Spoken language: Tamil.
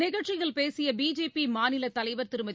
நிகழ்ச்சியில் பேசியபிஜேபிமாநிலத் தலைவர் திருமதி